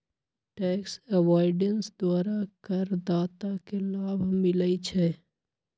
tax avoidance द्वारा करदाता के लाभ मिलइ छै